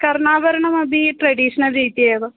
कर्णाभरणमपि traditional रीत्या एव